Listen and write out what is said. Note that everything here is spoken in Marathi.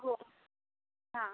हो हां